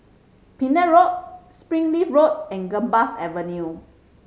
Pender Road Springleaf Road and Gambas Avenue